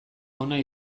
hona